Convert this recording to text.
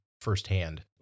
firsthand